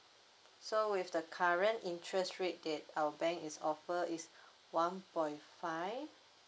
so with the current interest rate that our bank is offer is one point five